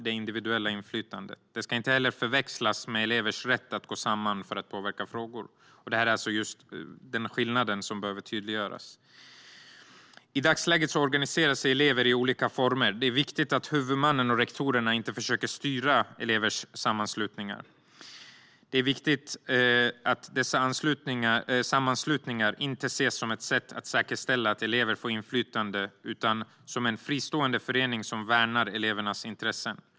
Det individuella inflytandet ska inte heller förväxlas med elevers rätt att gå samman för att påverka. Denna skillnad behöver tydliggöras. I dagsläget organiserar sig elever i olika former. Det är viktigt att huvudmannen och rektorerna inte försöker styra elevers sammanslutningar och att dessa sammanslutningar inte ses som ett sätt att säkerställa att elever får inflytande, utan som en fristående förening som värnar elevernas intressen.